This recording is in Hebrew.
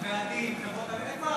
הוועדים, חברות הביטוח,